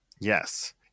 yes